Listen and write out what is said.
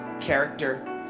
character